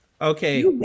Okay